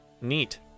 Neat